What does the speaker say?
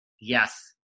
Yes